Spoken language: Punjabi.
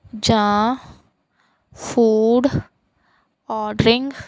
ਜਾਂ ਫੂਡ ਔਡਰਿੰਗ